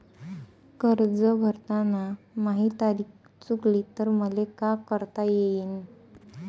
कर्ज भरताना माही तारीख चुकली तर मले का करता येईन?